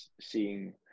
seeing